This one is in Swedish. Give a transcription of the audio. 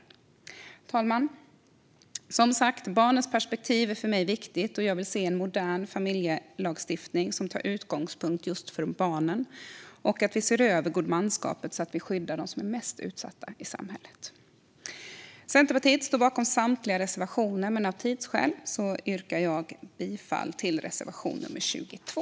Fru talman! Barnens perspektiv är som sagt viktigt för mig. Jag vill se en modern familjelagstiftning som tar utgångspunkt just i barnen, och jag vill att vi ser över godmanskapet så att vi skyddar de mest utsatta i samhället. Centerpartiet står bakom samtliga reservationer, men av tidsskäl yrkar jag bifall endast till reservation nr 22.